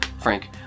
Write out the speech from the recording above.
Frank